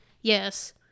yes